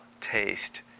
taste